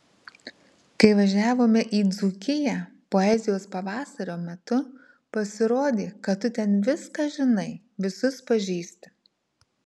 kai važiavome į dzūkiją poezijos pavasario metu pasirodė kad tu ten viską žinai visus pažįsti